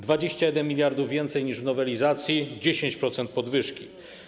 21 mld więcej niż w nowelizacji, 10% podwyżki.